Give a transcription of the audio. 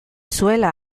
zuela